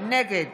נגד